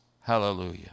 Hallelujah